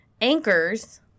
Anchors